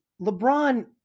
LeBron